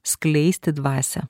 skleisti dvasią